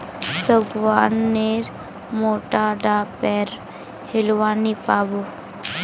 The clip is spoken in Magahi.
सागवान नेर मोटा डा पेर होलवा नी पाबो